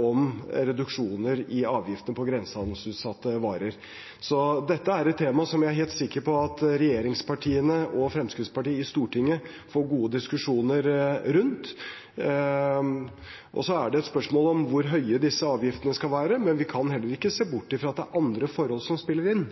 om reduksjoner i avgiftene på grensehandelsutsatte varer. Dette er et tema jeg er helt sikker på at regjeringspartiene og Fremskrittspartiet i Stortinget får gode diskusjoner rundt. Så er det et spørsmål om hvor høye disse avgiftene skal være, men vi kan heller ikke se bort ifra at det er andre forhold som spiller inn.